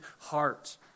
heart